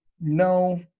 No